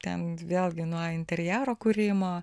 ten vėlgi nuo interjero kūrimo